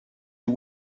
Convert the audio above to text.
you